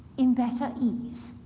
in better ease.